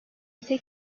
ise